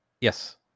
Yes